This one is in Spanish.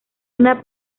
una